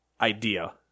Idea